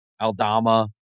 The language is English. Aldama